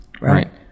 Right